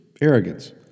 arrogance